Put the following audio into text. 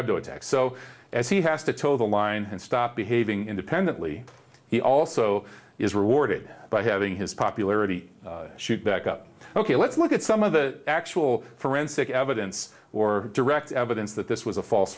hebdo attack so as he has to toe the line and stop behaving independently he also is rewarded by having his popularity shoot back up ok let's look at some of the actual forensic evidence or direct evidence that this was a false